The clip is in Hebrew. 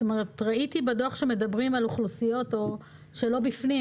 ראיתי בדוח שמדברים על אוכלוסיות שלא בפנים,